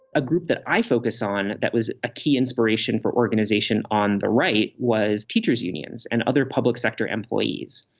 a group that i focus on that was a key inspiration for organization, on the right was teachers unions and other public sector employees.